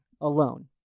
alone